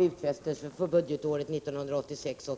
utfästelser för budgetåret 1986/87.